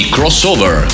Crossover